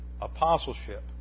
apostleship